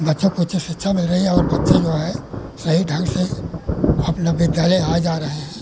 बच्चों को उचित शिक्षा मिल रही है और बच्चे जो हैं सही ढंग से अपने विद्यालय आ जा रहे हैं